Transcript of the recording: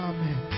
Amen